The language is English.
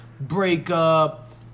breakup